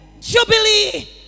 Jubilee